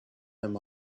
them